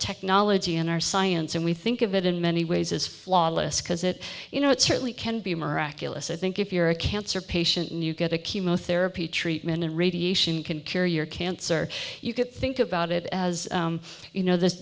technology and our science and we think of it in many ways as flawless because it you know it certainly can be miraculous i think if you're a cancer patient new get a chemotherapy treatment and radiation can cure your cancer you could think about it as you know th